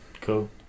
cool